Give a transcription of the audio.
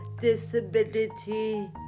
Disability